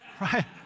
right